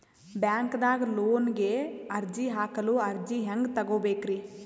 ಬ್ಯಾಂಕ್ದಾಗ ಲೋನ್ ಗೆ ಅರ್ಜಿ ಹಾಕಲು ಅರ್ಜಿ ಹೆಂಗ್ ತಗೊಬೇಕ್ರಿ?